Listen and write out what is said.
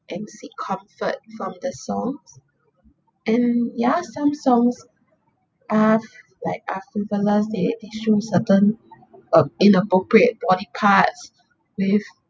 and seek comfort from the songs and ya some songs are like are simplest they they show certain um inappropriate body parts with